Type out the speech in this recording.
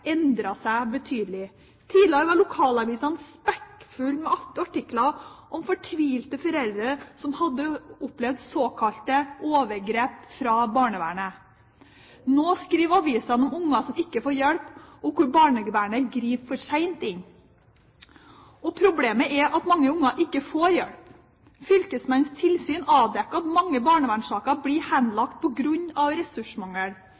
seg betydelig. Tidligere var lokalavisene spekkfulle av artikler om fortvilte foreldre som hadde opplevd såkalte overgrep fra barnevernet. Nå skriver avisene om barn som ikke får hjelp og hvor barnevernet griper for sent inn. Og problemet er at mange barn ikke får hjelp. Fylkesmennenes tilsyn avdekker at mange barnevernssaker blir henlagt på grunn av ressursmangel.